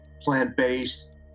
Plant-based